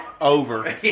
over